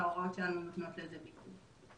וההוראות שלנו נותנות לזה ביטוי.